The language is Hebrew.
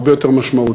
הרבה יותר משמעותי.